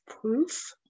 proof